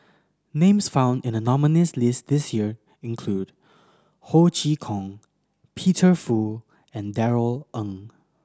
names found in the nominees' list this year include Ho Chee Kong Peter Fu and Darrell Ang